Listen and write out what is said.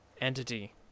entity